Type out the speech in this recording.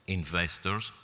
investors